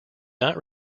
not